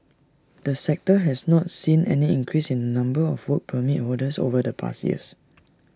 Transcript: the sector has not seen any increase in the number of Work Permit holders over the past years